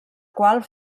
qual